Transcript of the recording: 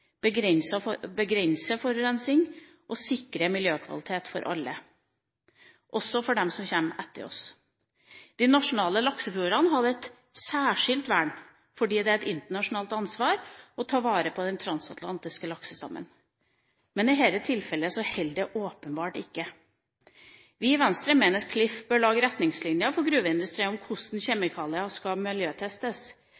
begrense forurensing og sikre miljøkvalitet for alle – også for dem som kommer etter oss. De nasjonale laksefjordene har et særskilt vern, fordi det er et internasjonalt ansvar å ta vare på den transatlantiske laksestammen. Men i dette tilfellet holder det åpenbart ikke. Vi i Venstre mener at Klif bør lage retningslinjer for gruveindustrien for hvordan